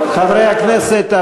חברי הכנסת,